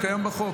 קיים בחוק.